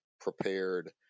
prepared